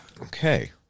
Okay